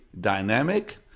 dynamic